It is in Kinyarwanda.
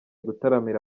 gutaramira